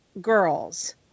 girls